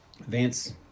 Vance